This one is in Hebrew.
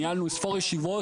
ניהלנו אין-ספור ישיבות.